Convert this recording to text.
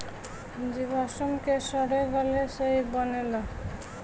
जीवाश्म के सड़े गले से ई बनेला